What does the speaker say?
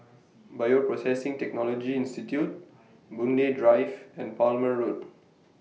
Bioprocessing Technology Institute Boon Lay Drive and Palmer Road